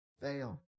fail